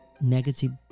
negative